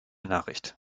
nachricht